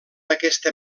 aquesta